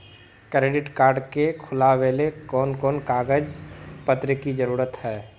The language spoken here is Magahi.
क्रेडिट कार्ड के खुलावेले कोन कोन कागज पत्र की जरूरत है?